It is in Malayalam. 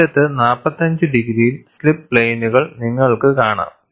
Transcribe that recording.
അറ്റത്ത് 45 ഡിഗ്രിയിൽ സ്ലിപ്പ് പ്ലെയിനുകൾ നിങ്ങൾക്കു കാണാം